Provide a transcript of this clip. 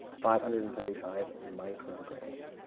ah five hundred and thirty five micrograms.